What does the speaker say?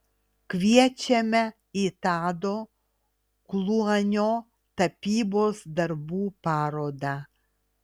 kviečiame į tado kluonio tapybos darbų parodą